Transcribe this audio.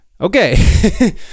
Okay